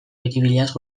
biribilaz